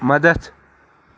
مدد